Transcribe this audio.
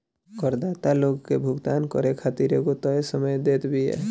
करदाता लोग के भुगतान करे खातिर एगो तय समय देत बिया